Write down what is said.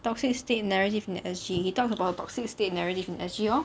toxic state narrative in S_G he talk about toxic state narrative in S_G orh